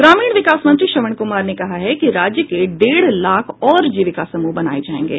ग्रामीण विकास मंत्री श्रवण कुमार ने कहा कि राज्य में डेढ़ लाख और जीविका समूह बनाये जायेंगे